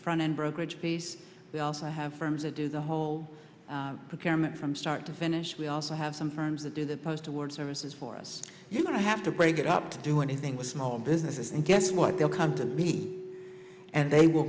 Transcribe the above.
front end brokerage face we also have firms that do the whole procurement from start to finish we also have some firms that do the post awards services for us you don't have to break it up to do anything with small businesses and guess what they'll come to me and they will